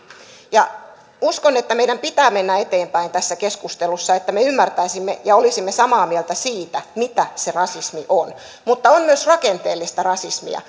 uskon että meidän pitää mennä eteenpäin tässä keskustelussa että me ymmärtäisimme ja olisimme samaa mieltä siitä mitä se rasismi on mutta on myös rakenteellista rasismia